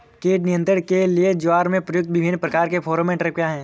कीट नियंत्रण के लिए ज्वार में प्रयुक्त विभिन्न प्रकार के फेरोमोन ट्रैप क्या है?